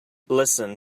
listen